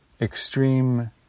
extreme